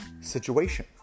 situation